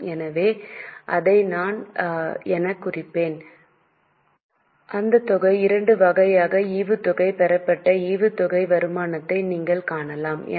எனவே அதை நான் எனக் குறிப்போம் அந்த தொகை இரண்டு வகையான ஈவுத்தொகை பெறப்பட்ட ஈவுத்தொகை வருமானத்தை நீங்கள் காணலாம்